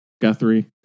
Guthrie